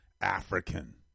African